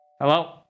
Hello